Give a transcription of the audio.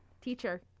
Teacher